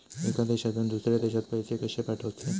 एका देशातून दुसऱ्या देशात पैसे कशे पाठवचे?